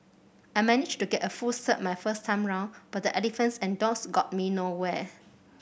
I managed to get a full cert my first time round but the Elephants and Dogs got me nowhere